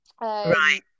Right